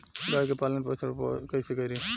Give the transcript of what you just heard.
गाय के पालन पोषण पोषण कैसे करी?